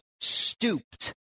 stooped